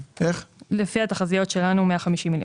לפי התחזית שלנו 150 מיליון.